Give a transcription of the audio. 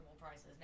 prices